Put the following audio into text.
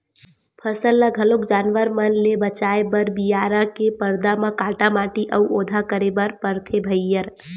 फसल ल घलोक जानवर मन ले बचाए बर बियारा के परदा म काटा माटी अउ ओधा करे बर परथे भइर